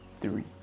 three